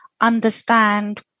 understand